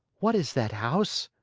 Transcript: what is that house?